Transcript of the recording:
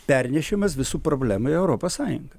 pernešimas visų problema į europos sąjungą